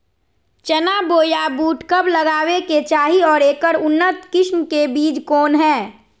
चना बोया बुट कब लगावे के चाही और ऐकर उन्नत किस्म के बिज कौन है?